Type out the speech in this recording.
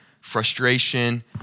frustration